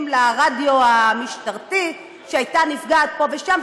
לרדיו המשטרתי שהייתה נפגעת פה ושם,